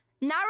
now